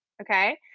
Okay